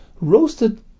Roasted